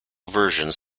versions